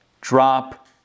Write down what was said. drop